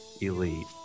elite